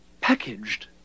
Packaged